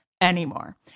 anymore